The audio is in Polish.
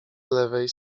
lewej